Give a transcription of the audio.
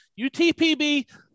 UTPB